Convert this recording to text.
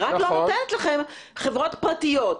היא רק לא נותנת לכם חברות פרטיות.